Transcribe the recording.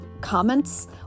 comments